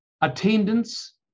attendance